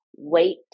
Wait